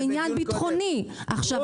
-- זה כבר עניין ביטחוני -- רות,